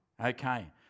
Okay